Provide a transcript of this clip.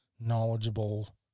knowledgeable